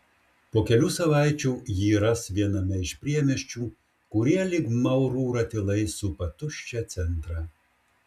po kelių savaičių jį ras viename iš priemiesčių kurie lyg maurų ratilai supa tuščią centrą